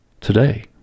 today